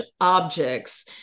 objects